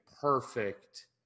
perfect